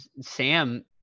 Sam